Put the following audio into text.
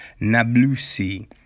Nablusi